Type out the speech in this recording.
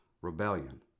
rebellion